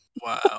Wow